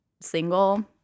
single